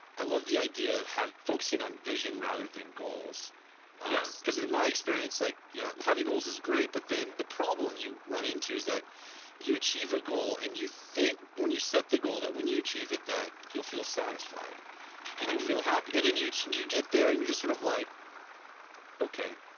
i love the idea of focusing on vision rather than goals yes because in my experience like you know having goals is great but then the problem you run into is that you achieve a goal and you think when you set the goal that when you achieve it that you'll feel satisfied and you'll and feel happy. and then you you get there and you're just sort of like okay